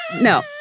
No